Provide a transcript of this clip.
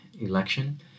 election